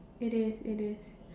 it is it is